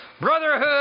brotherhood